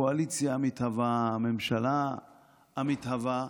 הקואליציה המתהווה, הממשלה המתהווה,